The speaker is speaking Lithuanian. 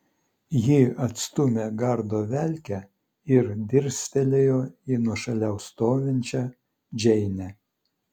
ji atstūmė gardo velkę ir dirstelėjo į nuošaliau stovinčią džeinę